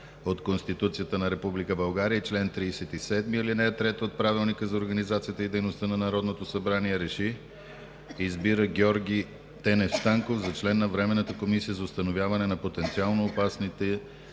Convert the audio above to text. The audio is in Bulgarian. от Конституцията на Република България и чл. 37, ал. 3 от Правилника за организацията и дейността на Народното събрание РЕШИ: Избира Георги Тенев Станков за член на Временната комисия за установяване на потенциално опасните